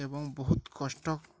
ଏବଂ ବହୁତ କଷ୍ଟ